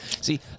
See